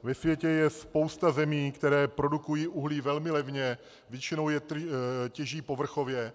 Ve světě je spousta zemí, které produkují uhlí velmi levně, většinou je těží povrchově.